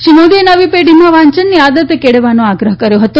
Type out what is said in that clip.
શ્રી મોદીએ નવી પેઢીમાં વાંચનની આદત કેળવવાનો આગ્રહ કર્યો હતા